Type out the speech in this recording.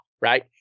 right